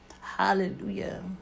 Hallelujah